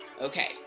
okay